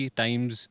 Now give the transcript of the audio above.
times